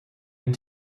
and